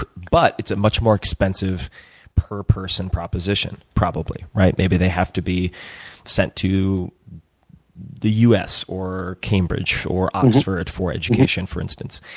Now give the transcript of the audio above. but but it's a much more expensive per person proposition probably, right? maybe they have to be sent to the us or cambridge or oxford for education, for instance.